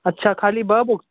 अच्छा ख़ाली ॿ बुक